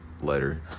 letter